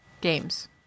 Games